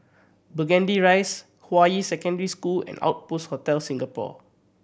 Burgundy Rise Hua Yi Secondary School and Outpost Hotel Singapore